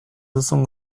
duzun